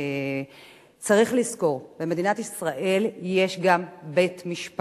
צריך לזכור, במדינת ישראל יש בית-משפט.